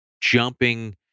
jumping